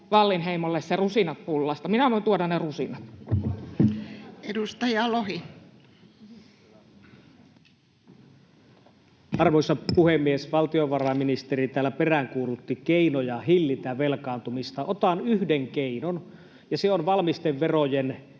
Wallinheimolle se rusinat pullasta. Minä voin tuoda ne rusinat. [Ville Valkosen välihuuto] Edustaja Lohi. Arvoisa puhemies! Valtiovarainministeri täällä peräänkuulutti keinoja hillitä velkaantumista. Otan yhden keinon, ja se on valmisteverojen erittäin